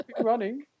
Running